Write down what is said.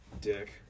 dick